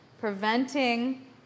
preventing